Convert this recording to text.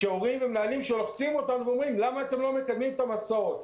הורים ומנהלים שלוחצים אותנו ואומרים: למה אתם לא מקיימים את המסעות?